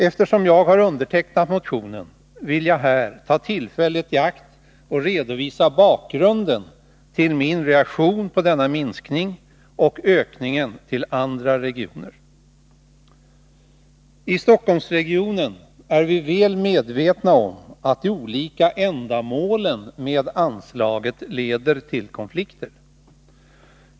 Eftersom jag har undertecknat motionen vill jag här ta tillfället i akt och redovisa bakgrunden till min reaktion på denna minskning — och ökningen till andra regioner. I Stockholmsregionen är vi väl medvetna om att de olika ändamålen med anslaget leder till konflikter.